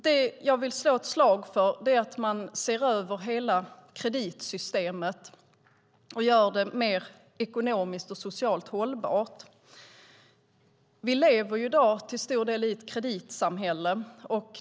Det jag vill slå ett slag för är att man ser över hela kreditsystemet och gör det mer ekonomiskt och socialt hållbart. Vi lever i dag till stor del i ett kreditsamhälle.